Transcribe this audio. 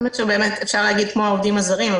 אפשר להגיד כמו העובדים הזרים,